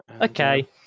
Okay